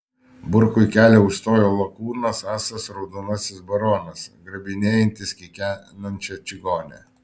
burkui kelią užstojo lakūnas asas raudonasis baronas grabinėjantis kikenančią čigonę